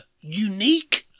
unique